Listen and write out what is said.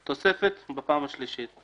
תוספת, בפעם השלישית.